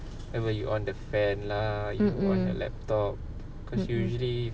mm mm mm mm